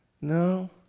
No